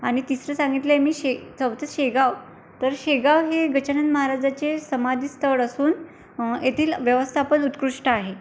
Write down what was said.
आणि तिसरं सांगितलं आहे मी शे चौथं शेगाव तर शेगाव हे गजानन महाराजांचे समाधीस्थळ असून येथील व्यवस्थापन उत्कृष्ट आहे